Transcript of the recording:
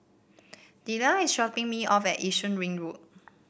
Dillon is dropping me off at Yishun Ring Road